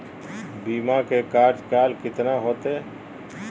बीमा के कार्यकाल कितना होते?